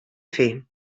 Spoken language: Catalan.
fer